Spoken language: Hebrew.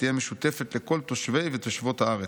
שתהיה משותפת לכל תושבי ותושבות הארץ,